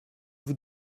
vous